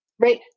Right